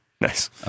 Nice